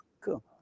cool